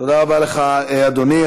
תודה רבה לך, אדוני.